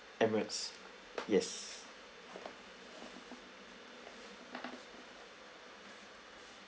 emirates yes